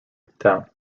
town